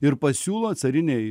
ir pasiūlo carinei